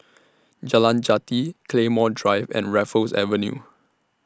Jalan Jati Claymore Drive and Raffles Avenue